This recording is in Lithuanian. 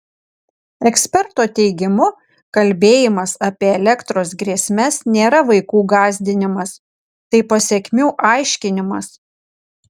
eksperto teigimu kalbėjimas apie elektros grėsmes nėra vaikų gąsdinimas tai pasekmių aiškinimas